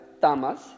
tamas